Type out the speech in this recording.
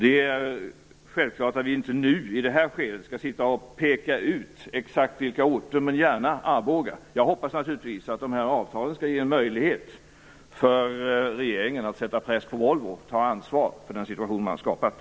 Det är självklart att vi inte nu i detta skede skall sitta och peka ut exakt vilka orter vi skall satsa på, men det får gärna bli Arboga. Jag hoppas naturligtvis att avtalen skall ge möjlighet för regeringen att sätta press på Volvo att ta ansvar för den situation man har skapat.